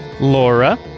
Laura